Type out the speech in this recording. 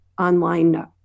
online